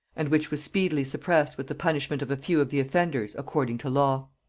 and which was speedily suppressed with the punishment of a few of the offenders according to law.